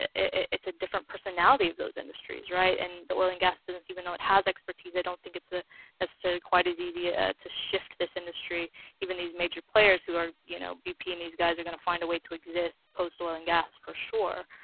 it's a different personality of those industries, right and the oil and gas business even though it has expertise i don't think it's ah necessarily so quite as easy ah to shift this industry even these major players who are you know bp and these guys are gonna find a way to exist post oil and gas for sure